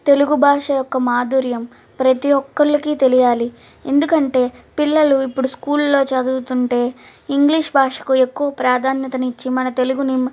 తెలుగు భాష యొక్క మాధుర్యం ప్రతి ఒక్కళ్ళకి తెలియాలి ఎందుకంటే పిల్లలు ఇప్పుడు స్కూల్లో చదువుతుంటే ఇంగ్లీష్ భాషకు ఎక్కువ ప్రాధాన్యతను ఇచ్చి మన తెలుగుని మ